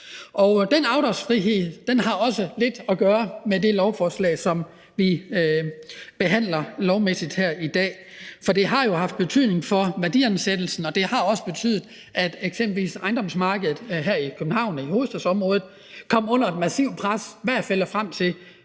Den afdragsfrihed har også lidt at gøre med det lovforslag, som vi behandler her i dag. For det har jo haft betydning for værdiansættelsen, og det har også betydet, at eksempelvis ejendomsmarkedet her i København og i hovedstadsområdet kom under et